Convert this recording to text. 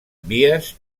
vies